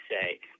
say